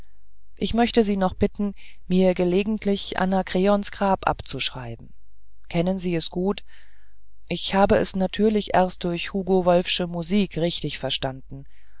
ich möchte sie noch bitten mir gelegentlich anakreons grab abzuschreiben kennen sie es gut ich habe es natürlich erst durch hugo wolffsche musik richtig verstanden